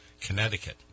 Connecticut